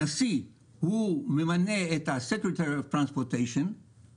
הנשיא ממנה את ה-secretary of transportation והוא